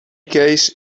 case